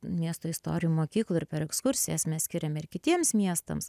miesto istorijų mokyklų ir per ekskursijas mes skiriame ir kitiems miestams